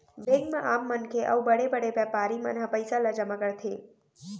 bank म आम मनखे अउ बड़े बड़े बेपारी मन ह पइसा ल जमा करथे